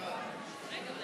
סעיפים 1 4